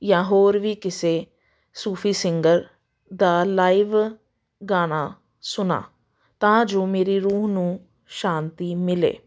ਜਾਂ ਹੋਰ ਵੀ ਕਿਸੇ ਸੂਫੀ ਸਿੰਗਰ ਦਾ ਲਾਈਵ ਗਾਣਾ ਸੁਣਾਂ ਤਾਂ ਜੋ ਮੇਰੀ ਰੂਹ ਨੂੰ ਸ਼ਾਂਤੀ ਮਿਲੇ